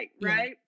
Right